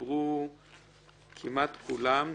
דיברו כמעט כולם.